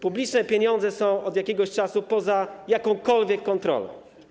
Publiczne pieniądze są od jakiegoś czasu poza jakąkolwiek kontrolą.